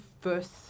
first